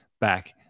back